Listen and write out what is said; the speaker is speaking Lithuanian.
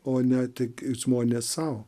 o ne tik žmonės sau